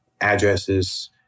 addresses